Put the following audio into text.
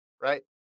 right